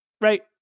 right